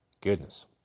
Goodness